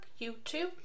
YouTube